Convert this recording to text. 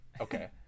Okay